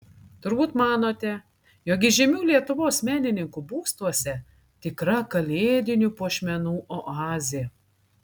turbūt manote jog įžymių lietuvos menininkų būstuose tikra kalėdinių puošmenų oazė